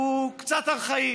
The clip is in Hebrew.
הוא קצת ארכאי